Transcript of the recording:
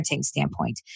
standpoint